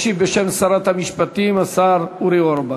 ישיב בשם שרת המשפטים השר אורי אורבך.